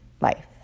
life